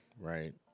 right